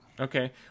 Okay